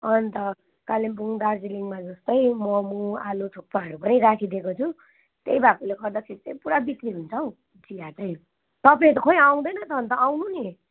अन्त कालिम्पोङ दार्जिलिङमा जस्तै मोमो आलु थुक्पाहरू पनि राखिदिएको छु त्यही भएकोले गर्दाखेरि चाहिँ पुरा बिक्री हुन्छ हौ चिया चाहिँ तपाईँहरू त खोइ आउँदैन त अन्त आउनु नि